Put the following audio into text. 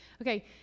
Okay